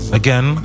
again